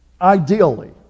Ideally